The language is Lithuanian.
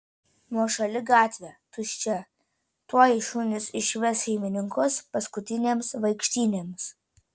nuošali gatvė tuščia tuoj šunys išves šeimininkus paskutinėms vaikštynėms